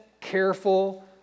careful